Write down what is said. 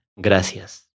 gracias